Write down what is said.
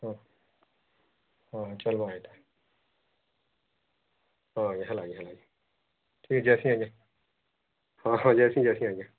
ହଁ ହଁ ଚଲ୍ବୋ ଏଇଟା ହଁ ଆଜ୍ଞା ହେଲା କି ହେଲା କି ଠିକ୍ ଅଛି ଆଜ୍ଞା ହଁ ହଁ ଯାସି ଯାସି ଆଜ୍ଞା